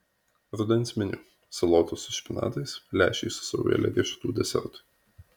rudens meniu salotos su špinatais lęšiai su saujele riešutų desertui